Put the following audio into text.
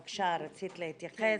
בבקשה, רצית להתייחס.